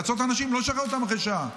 לעצור את האנשים ולא לשחרר אותם אחרי שעה.